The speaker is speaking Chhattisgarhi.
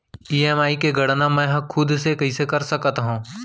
ई.एम.आई के गड़ना मैं हा खुद से कइसे कर सकत हव?